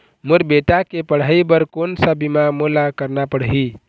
मोर बेटा के पढ़ई बर कोन सा बीमा मोला करना पढ़ही?